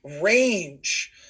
range